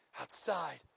outside